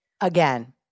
again